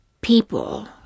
people